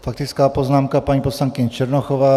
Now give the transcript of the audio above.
Faktická poznámka paní poslankyně Černochová.